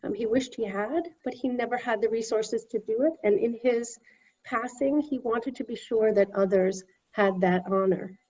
um he wished he had, but he never had the resources to do it. and in his passing, he wanted to be sure that others had that honor.